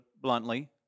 bluntly